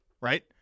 right